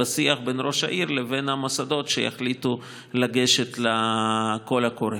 זה כבר תלוי בשיח בין ראש העיר לבין המוסדות שיחליטו לגשת לקול הקורא.